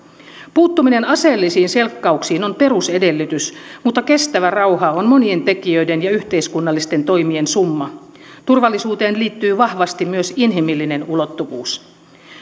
puuttuminen aseellisiin selkkauksiin on perusedellytys mutta kestävä rauha on monien tekijöiden ja yhteiskunnallisten toimien summa turvallisuuteen liittyy vahvasti myös inhimillinen ulottuvuus